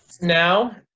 Now